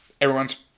everyone's